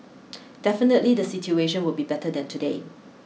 definitely the situation will be better than today